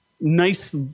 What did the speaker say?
nice